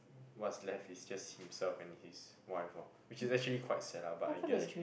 what's left is just himself and his wife lor which is actually quite sad lah but I guess